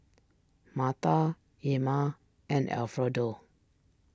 Martha Ilma and Alfredo